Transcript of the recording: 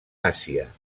àsia